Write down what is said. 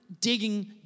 digging